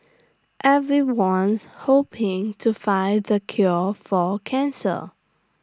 everyone's hoping to find the cure for cancer